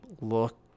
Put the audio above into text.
look